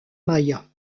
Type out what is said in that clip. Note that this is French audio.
mayas